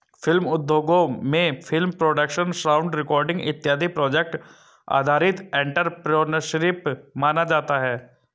film उद्योगों में film production sound recording इत्यादि प्रोजेक्ट आधारित एंटरप्रेन्योरशिप माना जाता है